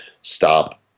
stop